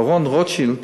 הברון רוטשילד